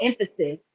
emphasis